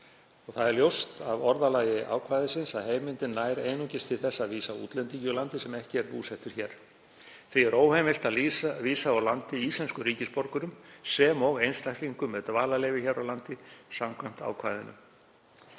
Það er ljóst af orðalagi ákvæðisins að heimildin nær einungis til þess að vísa úr landi útlendingi sem ekki er búsettur hér á landi. Því er óheimilt að vísa úr landi íslenskum ríkisborgurum sem og einstaklingum með dvalarleyfi hér á landi samkvæmt ákvæðinu.